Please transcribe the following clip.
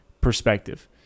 perspective